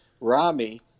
Rami